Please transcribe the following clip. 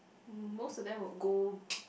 most of them would go